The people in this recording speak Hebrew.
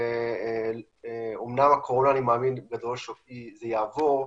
אמנם הקורונה אני מאמין שהיא תעבור,